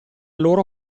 loro